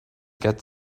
got